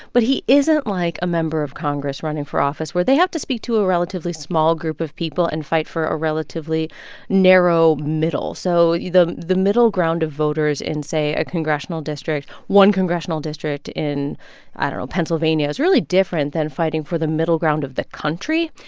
but he isn't, like, a member of congress running for office where they have to speak to a relatively small group of people and fight for a relatively narrow middle so the the middle ground of voters in, say, a congressional district one congressional district in i don't know pennsylvania is really different than fighting for the middle ground of the country.